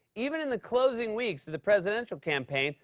even in the closing weeks of the presidential campaign,